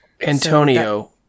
Antonio